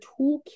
toolkit